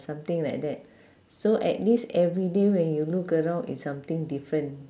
something like that so at least everyday when you look around it's something different